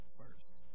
first